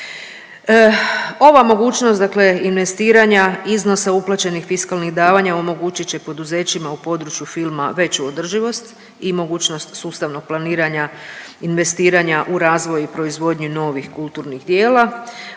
Ova mogućnost, dakle investiranja iznosa uplaćenih fiskalnih davanja omogućit će poduzećima u području filma veću održivost i mogućnost sustavnog planiranja, investiranja u razvoj i proizvodnju novih kulturnih djela.